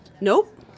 Nope